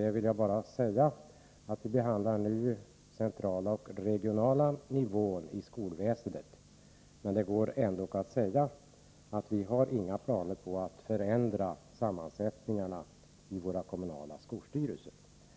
Jag vill svara att vi nu behandlar de centrala och regionala nivåerna i skolväsendet men att det ändå går att säga att vi inte har några planer på att förändra sammansättningen i de kommunala skolstyrelserna.